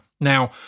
Now